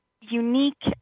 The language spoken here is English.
unique